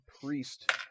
priest